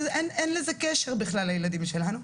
שאין לזה קשר בכלל לילדים שלנו.